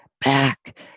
Back